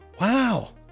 wow